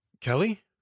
Kelly